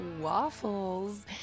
Waffles